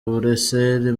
buruseli